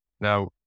Now